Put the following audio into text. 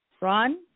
Ron